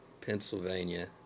Pennsylvania